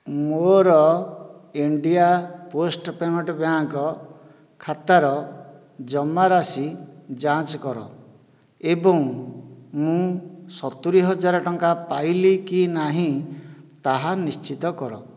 ମୋ'ର India post payment bank ଖାତାର ଜମାରାଶି ଯାଞ୍ଚ କର ଏବଂ ମୁଁ ସତୁରିହଜାର ଟଙ୍କା ପାଇଲି କି ନାହିଁ ତାହା ନିଶ୍ଚିତ କର